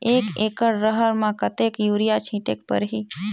एक एकड रहर म कतेक युरिया छीटेक परही?